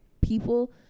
people